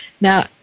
Now